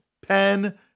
pen